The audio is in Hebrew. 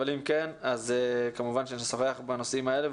ואם כן כמובן שנשוחח בנושאים האלה,